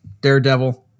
Daredevil